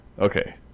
Okay